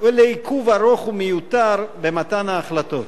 ולעיכוב ארוך ומיותר במתן ההחלטות.